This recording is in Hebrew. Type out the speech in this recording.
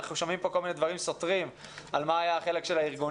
אנחנו שומעים פה כל מיני דברים סותרים על מה היה החלק של הארגונים.